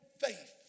faith